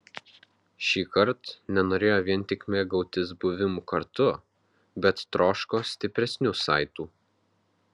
šįkart nenorėjo vien tik mėgautis buvimu kartu bet troško stipresnių saitų